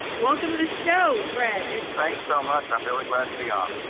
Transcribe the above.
welcome to the show, greg. thanks so much. i'm really glad to be on.